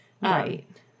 Right